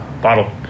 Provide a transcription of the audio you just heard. Bottle